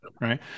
Right